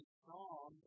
strong